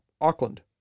Auckland